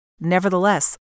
Nevertheless